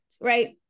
right